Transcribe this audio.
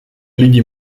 lidi